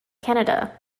canada